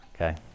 okay